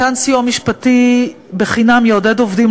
מתן סיוע משפטי חינם יעודד עובדים